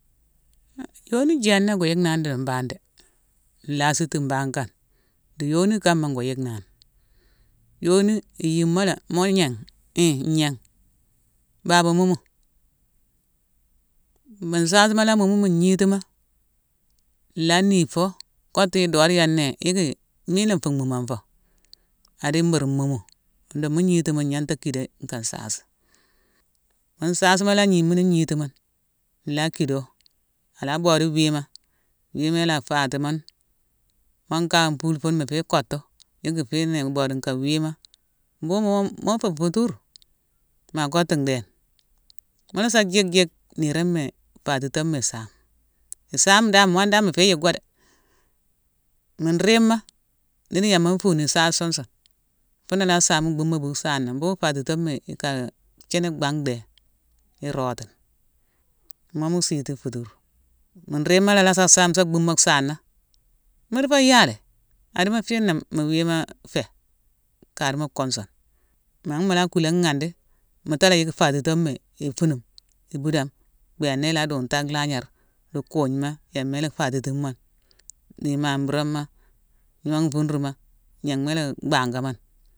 Han yoni jééna go yickna ni di mbangh dé. Nlasiti mbangh kane di yoni kama go yickna ni. Yoni i yimo lé mo gningh, hii ngningh baba mumu. Mu nsaasima la mumu mu ngnitima nlhaa nii fo kottu doode yéne né yicki mina nfu mhuma fo. A di mburu mumu. Andong mune ngiti mune ngninté kidé nka nsaasi. Mu nsaasima la gni mune gniti mune, nlaa kido, a la boode wima, wima i la faatimo ni. Monkane fule fune mu fé kottu yicki fiina iboode nka wima. Mbunghune mo fé nfuturu. Ma kottu ndhééne. Mu lassa jick-jick niroma-faatitoma isaame. Issaame dan, moo dan mu fé yick go dé. Muu riima nudu yama nu fuuni saasi sun-sun, funa la saame bhumo bu saana bhughune fatitoma i ka thiini bangh dhé. Irootini. Mo mu siti futuru. Mu riima la sa saame sa bhumo saana, mu diffo yalayi, adimo fiina mo wima fé, ka di mu kunsune. Nangh nan mu la kulé ghandi, mu tala yick fatitoma ifunume; i budame bhééna i la duntu a lagnare di kugnema yéma i la fatitmo ni di mamburama: gnoome nfuruma, gnanghma i la bhanga mo ni.